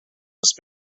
راست